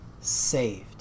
saved